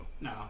no